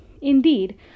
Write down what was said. Indeed